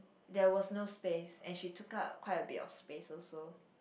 there was no space and she took out quite a bit of space also